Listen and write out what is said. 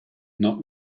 not